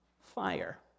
fire